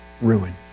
ruin